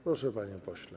Proszę, panie pośle.